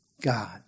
God